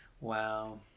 Wow